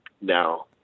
now